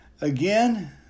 Again